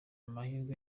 mahirwe